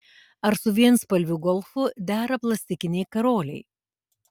ar su vienspalviu golfu dera plastikiniai karoliai